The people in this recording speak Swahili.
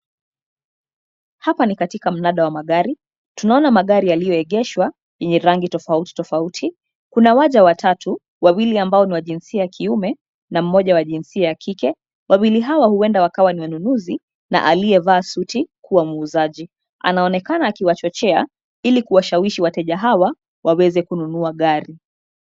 Hapa ni katika mnada wa magari tunaona magari yaliyo egeshwa yenye rangi tofauti tofauti kuna waja watatu wawili ambao ni wa jinsia ya kiume na moja wa jinsia ya kike wawili hawa huenda wakawa ni wanunuzi na aliye vaa suti kuwa muuzaji, anaonekana akiwachochea ili kuwashawishi wateja hawa waweze kununua gari.